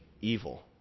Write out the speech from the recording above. evil